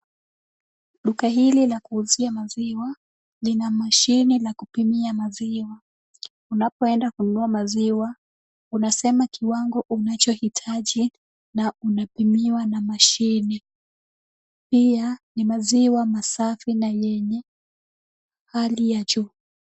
Duka hili la kuuzia maziwa lina mashine la kupimia maziwa. Unapoenda kununua maziwa unasema kiwango unachohitaji na unapimiwa na mashine. Pia ni maziwa masafi na yenye hali ya juu.